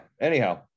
anyhow